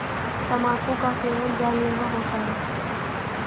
तंबाकू का सेवन जानलेवा होता है